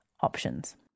Options